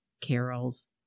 carols